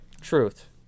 Truth